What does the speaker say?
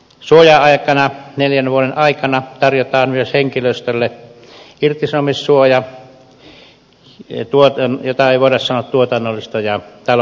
suoja aikana neljän vuoden aikana tarjotaan myös henkilöstölle irtisanomissuoja jota ei voida sanoa irti tuotannollisista ja taloudellisista syistä